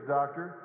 doctor